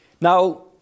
Now